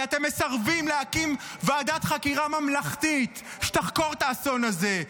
כי אתם מסרבים להקים ועדת חקירה ממלכתית שתחקור את האסון הזה.